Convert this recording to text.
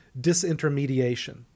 disintermediation